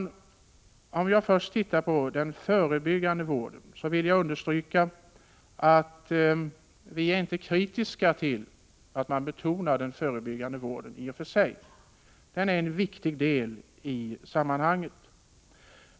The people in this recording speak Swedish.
För att först titta på den förebyggande vården vill jag understryka att vi i och för sig inte är kritiska till att man betonar denna. Den är en viktig del i sammanhanget.